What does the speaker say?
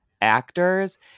actors